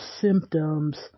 symptoms